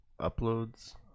Uploads